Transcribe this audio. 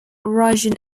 russian